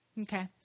Okay